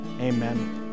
Amen